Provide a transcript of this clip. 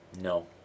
No